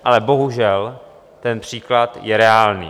Ale bohužel ten příklad je reálný.